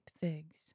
figs